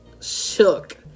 shook